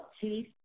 Chief